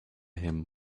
him